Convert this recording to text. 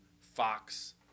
Fox